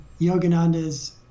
Yogananda's